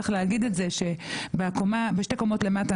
צריך להגיד את זה שבשתי קומות למטה,